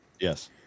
Yes